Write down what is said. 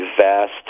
vast